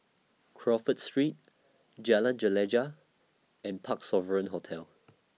Crawford Street Jalan Gelegar and Parc Sovereign Hotel